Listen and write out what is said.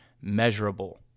measurable